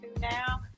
now